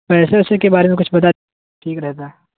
پیسے ویسے کے بارے میں کچھ بتا ٹھیک رہتا